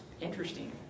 interesting